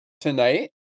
tonight